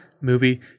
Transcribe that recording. movie